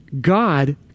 God